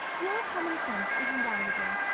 your common sense is invaluable.